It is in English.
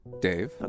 Dave